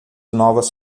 novas